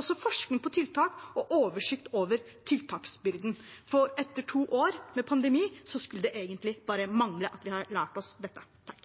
også forskning på tiltak og oversikt over tiltaksbyrden. Etter over to år med pandemi skulle det egentlig bare mangle at vi ikke har lært oss dette. Denne